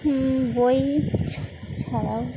বই ছাড়া